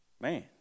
Man